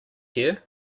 hear